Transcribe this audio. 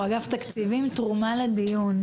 לאגף התקציבים,